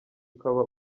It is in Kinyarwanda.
ukaba